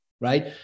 right